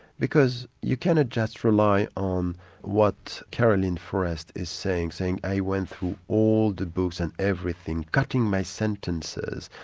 because you cannot just rely on what caroline fourest is saying, saying i went through all the books and everything, cutting my sentences,